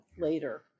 later